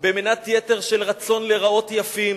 במנת יתר של רצון להיראות יפים.